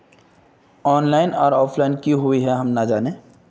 Online आर offline की हुई है हम ना जाने?